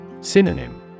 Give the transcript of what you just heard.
Synonym